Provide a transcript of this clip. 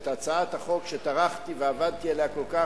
לאשר את הצעת החוק שטרחתי ועבדתי עליה כל כך.